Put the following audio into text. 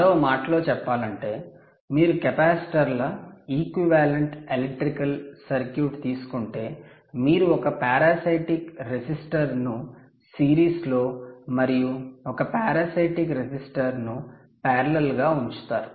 మరో మాటలో చెప్పాలంటే మీరు కెపాసిటర్ల ఈక్వివలెంట్ ఎలక్ట్రికల్ సర్క్యూట్ తీసుకుంటే మీరు ఒక పారాసైటిక్ రెసిస్టర్ ను సిరీస్లో మరియు ఒక పారాసైటిక్ రెసిస్టర్ ను పారలెల్ గా ఉంచుతారు